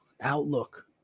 outlook